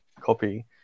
copy